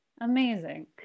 Amazing